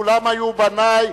כולם היו בני,